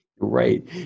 Right